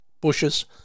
bushes